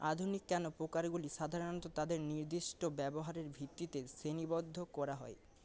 আধুনিক ক্যানো প্রকারগুলি সাধারণত তাদের নির্দিষ্ট ব্যবহারের ভিত্তিতে শ্রেণীবদ্ধ করা হয়